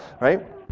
Right